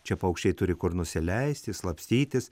čia paukščiai turi kur nusileisti slapstytis